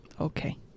Okay